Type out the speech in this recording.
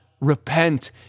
repent